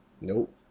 nope